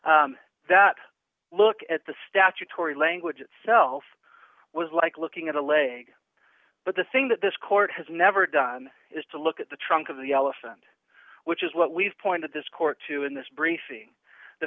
person that look at the statutory language itself was like looking at a leg but the thing that this court has never done is to look at the trunk of the elephant which is what we've pointed this court to in this briefing the